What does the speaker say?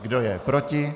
Kdo je proti?